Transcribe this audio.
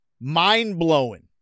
Mind-blowing